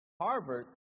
Harvard